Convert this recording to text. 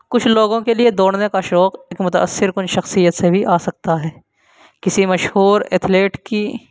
کچھ لوگوں کے لیے دوڑنے کا شوق ایک متاثر کن شخصیت سے بھی آ سکتا ہے کسی مشہور ایتھلیٹ کی